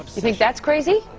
you think that's crazy?